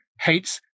hates